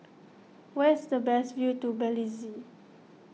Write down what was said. where is the best view to Belize